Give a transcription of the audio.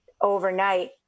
overnight